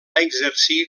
exercir